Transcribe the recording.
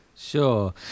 Sure